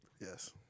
Yes